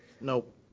Nope